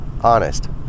honest